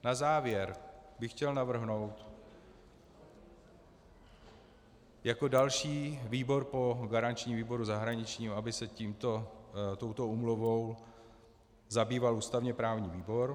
Na závěr bych chtěl navrhnout jako další výbor po garančním výboru zahraničním, aby se touto úmluvou zabýval ústavněprávní výbor.